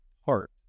heart